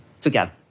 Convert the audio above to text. together